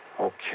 Okay